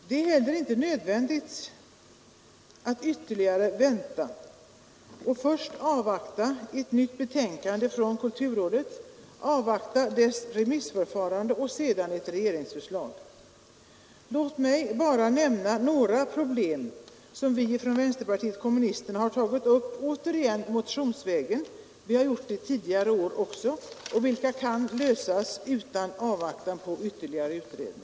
Det är heller inte nödvändigt att först avvakta ett nytt betänkande från kulturrådet, därefter dess remissförfarande och sedan ett regeringsförslag. Låt mig bara nämna några problem som vi från vänsterpartiet kommunisterna återigen har tagit upp motionsvägen — liksom vi har gjort tidigare år — och som kan lösas utan avvaktan på ytterligare utredning.